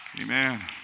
Amen